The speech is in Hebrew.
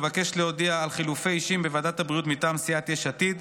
אבקש להודיע על חילופי אישים בוועדת הבריאות מטעם סיעת יש עתיד.